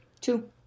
Two